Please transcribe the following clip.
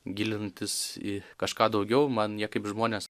gilinantis į kažką daugiau man jie kaip žmonės